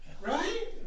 Right